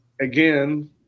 again